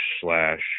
slash